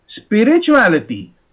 Spirituality